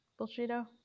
Bullshito